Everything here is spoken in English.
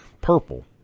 purple